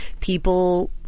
people